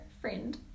friend